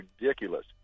ridiculous